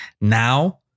Now